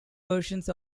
versions